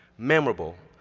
memorable,